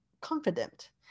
confident